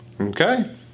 Okay